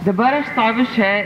dabar aš stoviu čia